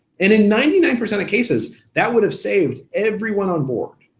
and in ninety nine percent of cases, that would have saved everyone onboard.